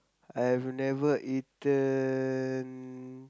I have never eaten